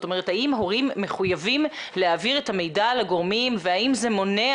האם הורים מחויבים להעביר את המידע לגורמים והאם זה מונע